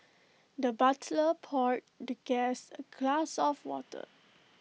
the butler poured the guest A glass of water